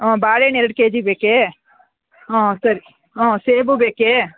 ಹ್ಞೂ ಬಾಳೆಹಣ್ ಎರಡು ಕೆಜಿ ಬೇಕೆ ಹ್ಞೂ ಸರಿ ಹ್ಞೂ ಸೇಬು ಬೇಕೆ